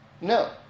No